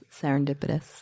serendipitous